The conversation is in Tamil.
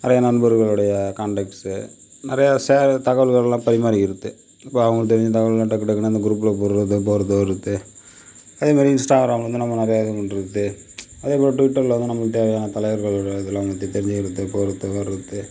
நிறைய நண்பர்களுடைய கான்டக்ட்ஸு நிறையா ஷேர் தகவல்கள்லாம் பரிமாறிக்கிறது இப்போ அவங்களுக்குத் தெரிஞ்ச தகவல்கள் டக்கு டக்குனு அந்த குரூப்பில் போடுறது போகிறது வர்றது அதேமாதிரி இன்ஸ்ட்டாகிராமு நம்ம வந்து நிறையா இது பண்ணுறது அதேமேரி ட்விட்டர்லதான் நமக்குத் தேவையான தலைவர்களுடைய இதுலாம் வந்து தெரிஞ்சிக்கிறது போகிறது வர்றது